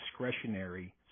discretionary